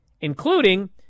including